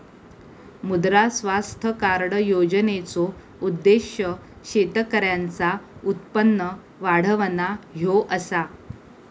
मुद्रा स्वास्थ्य कार्ड योजनेचो उद्देश्य शेतकऱ्यांचा उत्पन्न वाढवणा ह्यो असा